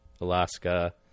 Alaska